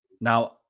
Now